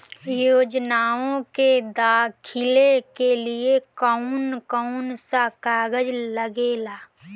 योजनाओ के दाखिले के लिए कौउन कौउन सा कागज लगेला?